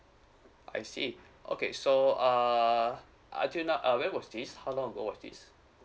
I see okay so uh I do not uh when was this how long ago was this